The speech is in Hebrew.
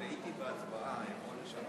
טעיתי בהצבעה, (קוראת בשמות חברי